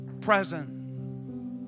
present